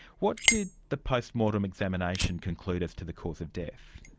what did the post-mortem examination conclude as to the cause of death?